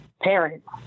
parents